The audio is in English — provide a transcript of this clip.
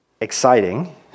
exciting